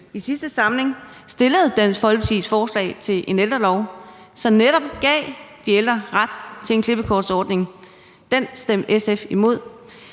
i sidste samling fremsatte forslag om en ældrelov, som netop gav de ældre ret til en klippekortordning, stemte SF imod.